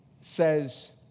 says